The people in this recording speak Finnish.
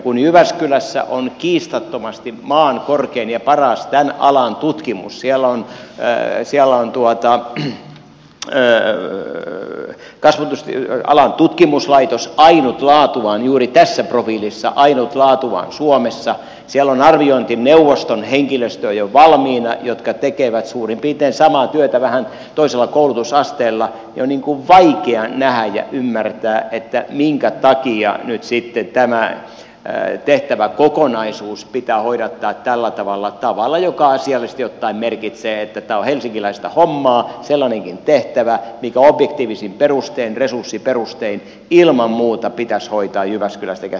kun jyväskylässä on kiistattomasti maan korkein ja paras tämän alan tutkimus siellä on alan tutkimuslaitos ainut laatuaan juuri tässä profiilissa ainut laatuaan suomessa siellä on jo valmiina arviointineuvoston henkilöstöä joka tekee suurin piirtein samaa työtä vähän toisella koulutusasteella niin on vaikea nähdä ja ymmärtää minkä takia nyt sitten tämä tehtäväkokonaisuus pitää hoidattaa tällä tavalla tavalla joka asiallisesti ottaen merkitsee että tämä on helsinkiläistä hommaa sellainenkin tehtävä mikä objektiivisin perustein resurssiperustein ilman muuta pitäisi hoitaa jyväskylästä käsin